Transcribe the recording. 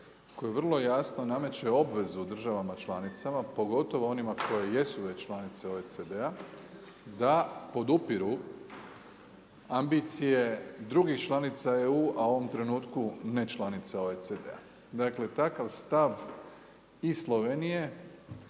koje vrlo jasno nameće obvezu državama članicama, pogotovo onima koje već jesu članice OECD-a da podupiru ambicije drugih članica EU, a u ovom trenutku ne članica OECD-a. Dakle, takav stav i Slovenije